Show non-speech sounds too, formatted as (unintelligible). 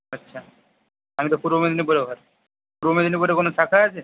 আচ্ছা আমি তো পূর্ব মেদিনীপুরে (unintelligible) পূর্ব মেদিনীপুরে কোনো শাখা আছে